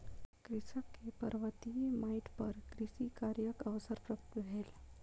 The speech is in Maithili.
कृषक के पर्वतीय माइट पर कृषि कार्यक अवसर प्राप्त भेल